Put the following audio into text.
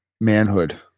manhood